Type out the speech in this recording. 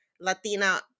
Latina